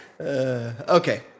okay